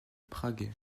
prague